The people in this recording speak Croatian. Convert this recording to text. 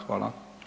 Hvala.